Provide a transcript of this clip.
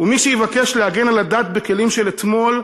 ומי שיבקש להגן על הדת בכלים של אתמול,